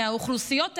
האוכלוסיות האלה,